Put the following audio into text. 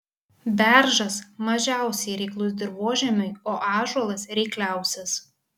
beržas mažiausiai reiklus dirvožemiui o ąžuolas reikliausias